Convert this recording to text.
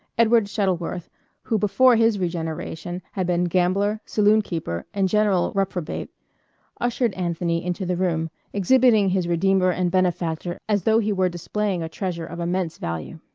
edward shuttleworth who before his regeneration had been gambler, saloon-keeper, and general reprobate ushered anthony into the room, exhibiting his redeemer and benefactor as though he were displaying a treasure of immense value.